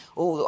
ou